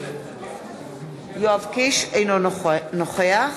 אינו נוכח